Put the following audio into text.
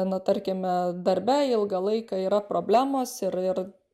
na tarkime darbe ilgą laiką yra problemos ir ir